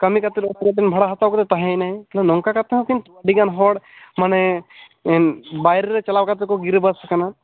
ᱠᱟᱹᱢᱤ ᱠᱟᱛᱮ ᱚᱱᱛᱮᱨᱮ ᱵᱷᱟᱲᱟ ᱦᱟᱛᱟᱣ ᱠᱟᱛᱮᱭ ᱛᱟᱦᱮᱸᱭᱮᱱᱟ ᱱᱚᱝᱠᱟ ᱠᱟᱛᱮᱫ ᱦᱚᱸ ᱠᱤᱱᱛᱩ ᱟᱹᱰᱤ ᱜᱟᱱ ᱦᱚᱲ ᱢᱟᱱᱮ ᱵᱟᱭᱨᱮ ᱨᱮ ᱪᱟᱞᱟᱣ ᱠᱟᱛᱮᱫ ᱠᱚ ᱜᱤᱨᱟᱹ ᱵᱟᱥ ᱟᱠᱟᱱᱟ